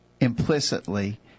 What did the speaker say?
implicitly